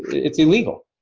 it's illegal,